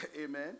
Amen